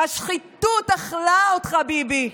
השחיתות אכלה אותך, ביבי.